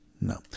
no